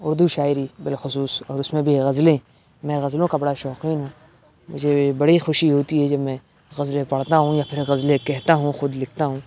اردو شاعری بالخصوص اور اس میں بھی غزلیں میں غزلوں کا بڑا شوقین ہوں مجھے بڑی خوشی ہوتی ہے جب میں غزلیں پڑھتا ہوں یا پھر غزلیں کہتا ہوں خود لکھتا ہوں